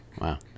wow